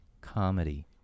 comedy